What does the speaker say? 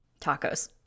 Tacos